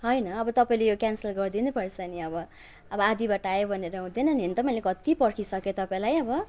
होइन अब तपाईँले यो क्यान्सल गरिदिनैपर्छ नि अब अब आधा बाटो आएँ भनेर हुुँदैन नि हेर्नु त मैले कति पर्खिसकेँ तपाईँलाई अब